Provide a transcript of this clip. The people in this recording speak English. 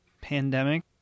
pandemic